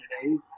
today